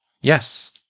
Yes